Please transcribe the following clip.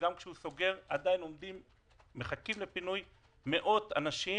וגם כשהוא סוגר עדיין מחכים לפינוי מאות אנשים.